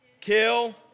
kill